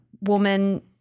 woman